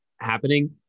happening